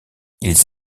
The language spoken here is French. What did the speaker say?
ils